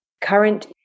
current